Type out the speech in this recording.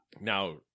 Now